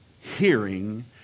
hearing